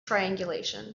triangulation